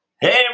Hey